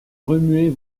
remuait